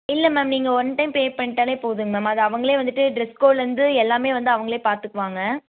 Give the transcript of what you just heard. இல்லை மேம் நீங்கள் one time pay பண்ணிட்டாலே போதுங்க மேம் அது அவர்களே வந்துட்டு ட்ரெஸ் கோடில் இருந்து எல்லாமே வந்து அவர்களே பார்த்துக்குவாங்க